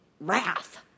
wrath